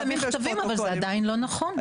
יש מכתבים אבל זה עדיין לא נכון.